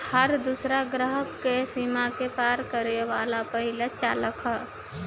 हर दूसरा ग्रह के सीमा के पार करे वाला पहिला चालक ह